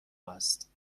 است